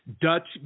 Dutch